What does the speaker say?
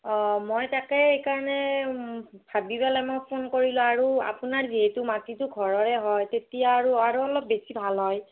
অঁ মই তাকে এইকাৰণে ভাবি পেলাই মই ফোন কৰিলো আৰু আপোনাৰ যিহেতু মাটিতো ঘৰৰে হয় তেতিয়া আৰু আৰু অলপ বেছি ভাল হয়